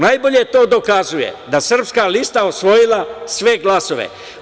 Najbolje to dokazuje da je Srpska lista osvojila sve glasove.